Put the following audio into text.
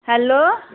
hello